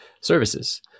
services